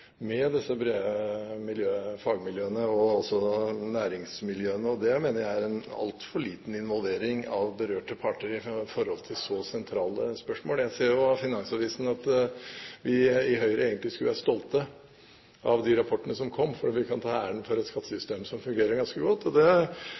med disse brede fagmiljøene og næringsmiljøene. Det mener jeg er en altfor liten involvering av berørte parter når det gjelder så sentrale spørsmål. Jeg ser av Finansavisen at vi i Høyre egentlig skulle være stolte av de rapportene som kom, fordi vi kan ta æren for et